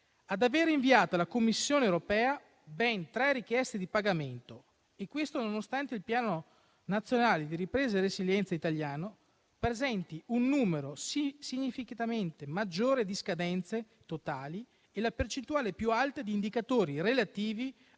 ad aver inviato alla Commissione europea ben tre richieste di pagamento e questo nonostante il Piano nazionale di ripresa e resilienza italiano presenti un numero significativamente maggiore di scadenze totali e la percentuale più alta di indicatori relativi